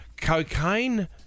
cocaine